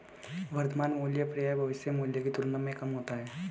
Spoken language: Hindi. वर्तमान मूल्य प्रायः भविष्य मूल्य की तुलना में कम होता है